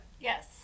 Yes